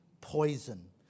poison